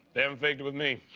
they haven't faked it with me.